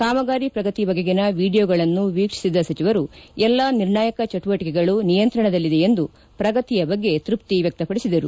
ಕಾಮಗಾರಿ ಪ್ರಗತಿ ಬಗೆಗಿನ ವಿಡಿಯೋಗಳನ್ನು ವೀಕ್ಷಿಸಿದ ಸಚಿವರು ಎಲ್ಲಾ ನಿರ್ಣಾಯಕ ಚಟುವಟಕೆಗಳು ನಿಯಂತ್ರಣದಲ್ಲಿದೆ ಎಂದು ಪ್ರಗತಿಯ ಬಗ್ಗೆ ತೃಪ್ತಿ ವ್ಯಕ್ತಪಡಿಸಿದರು